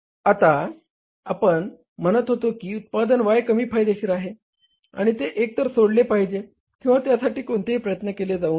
आता आपण म्हणत होतो की उत्पादन Y कमी फायदेशीर आहे आणि ते एकतर सोडले पाहिजे किंवा त्यासाठी कोणतेही प्रयत्न केले जाऊ नयेत